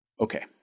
Okay